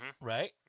right